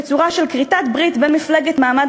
בצורה של כריתת הברית בין מפלגת מעמד